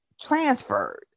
transferred